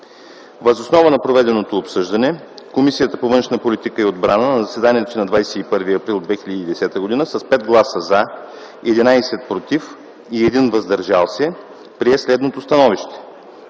Въз основа на проведеното обсъждане Комисията по външна политика и отбрана на заседанието си на 21 април 2010 г. с 5 - „за”, 11 - „против” и 1 - „въздържал се”, прие следното становище: